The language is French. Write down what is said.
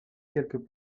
quelques